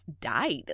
died